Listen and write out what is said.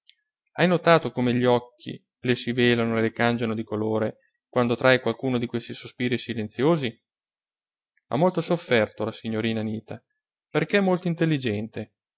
hai notato come gli occhi le si velano e le cangiano di colore quando trae qualcuno di questi sospiri silenziosi ha molto sofferto la signorina anita perché molto intelligente